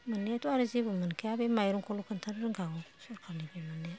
मोननायाथ' जेबो मोनखाया बे माइरंखौल' खोन्थानो रोंखागौ सरकारनिफ्राय मोननाया